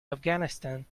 afghanistan